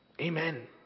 Amen